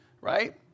right